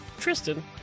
Tristan